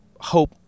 hope